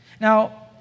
Now